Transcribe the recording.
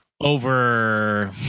over